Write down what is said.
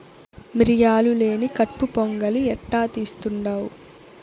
మిరియాలు లేని కట్పు పొంగలి ఎట్టా తీస్తుండావ్